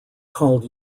called